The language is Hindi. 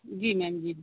जी मैम जी